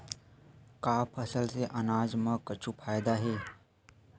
का फसल से आनाज मा कुछु फ़ायदा हे?